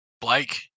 Blake